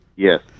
Yes